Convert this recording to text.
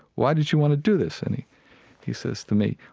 why did you want to do this? and he he says to me,